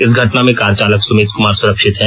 इस घटना में कार चालक सुमित कुमार सुरक्षित हैं